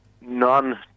none